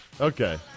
Okay